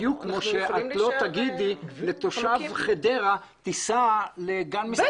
בדיוק כמו שאת לא תגידי לתושב חדרה שייסע לגן משחקים בנתניה.